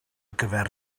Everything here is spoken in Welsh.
gyfer